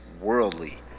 worldly